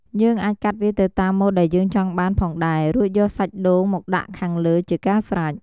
យើងអាចកាត់វាទៅតាមមូតដែលយើងចង់បានផងដែរ រួចយកសាច់ដូងមកដាក់ខាងលើជាការស្រេច។